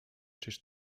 czyż